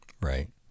Right